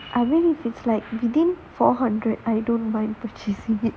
I mean if it's like between four hundred I don't mind purchasing it